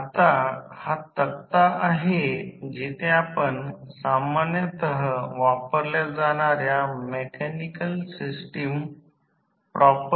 मी सांगत आहे की ट्रान्सफॉर्मर च्या वाइंडिंग च्या या प्रत्येक बाजूने तर प्रतिकार कसा शोधायचा हे शोधण्याचा प्रयत्न करीत आहात प्रतिकार मोजा